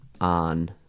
on